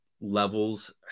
levels